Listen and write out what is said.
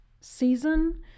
season